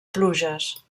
pluges